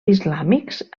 islàmics